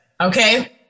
Okay